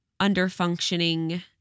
underfunctioning